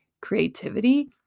creativity